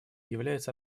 является